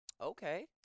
Okay